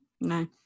No